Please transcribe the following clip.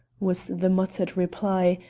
was the muttered reply,